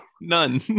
none